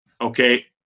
okay